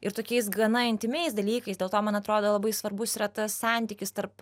ir tokiais gana intymiais dalykais dėl to man atrodo labai svarbus yra tas santykis tarp